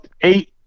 eight